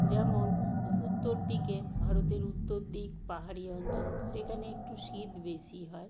যেমন উত্তর দিকে ভারতের উত্তর দিক পাহাড়ি অঞ্চল সেখানে একটু শীত বেশিই হয়